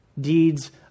deeds